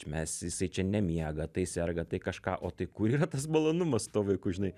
mes jisai čia nemiega tai serga tai kažką o tai kur yra tas malonumas su tuo vaiku žinai